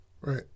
Right